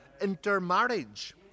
intermarriage